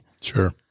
Sure